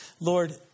Lord